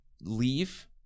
leave